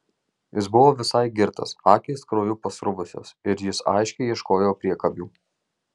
jis buvo visai girtas akys krauju pasruvusios ir jis aiškiai ieškojo priekabių